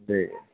جی